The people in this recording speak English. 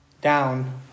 down